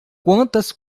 quantas